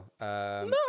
No